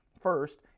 first